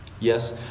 Yes